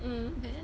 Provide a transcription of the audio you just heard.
mm